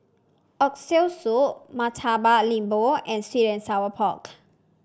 Oxtail Soup Murtabak Lembu and sweet and Sour Pork